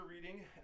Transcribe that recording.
reading